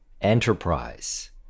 enterprise